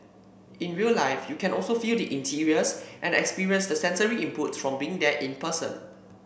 in real life you can also feel the interiors and experience the sensory inputs from being there in person